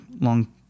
long